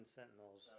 Sentinels